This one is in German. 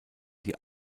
die